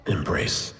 Embrace